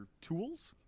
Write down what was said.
tools